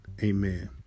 amen